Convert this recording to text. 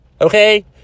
okay